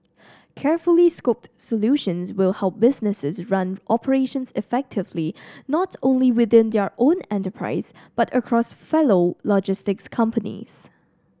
carefully scoped solutions will help businesses run operations effectively not only within their own enterprise but across fellow logistics companies